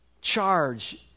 charge